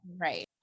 Right